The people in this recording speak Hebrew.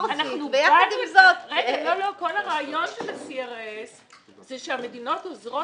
כל הרעיון של ה-CRS זה שהמדינות עוזרות